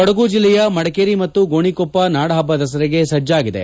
ಕೊಡಗು ಜಿಲ್ಲೆಯ ಮದಿಕೇರಿ ಮತ್ತು ಗೋಣಿಕೊಪ್ಪ ನಾಡಹಬ್ಬ ದಸರೆಗೆ ಸಜ್ಣಾಗಿದೆ